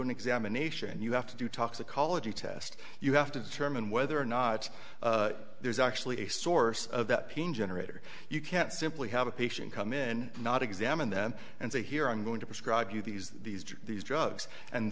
an examination and you have to do toxicology test you have to determine whether or not there's actually a source of that pain generator you can't simply have a patient come in not examine them and say here i'm going to prescribe you these these these drugs and